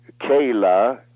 Kayla